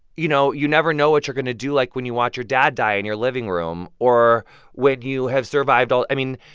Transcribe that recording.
you know, you never know what you're going to do, like, when you watch your dad die in your living room or when you have survived all i mean,